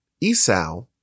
Esau